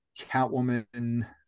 catwoman